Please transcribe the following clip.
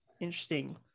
interesting